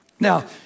Now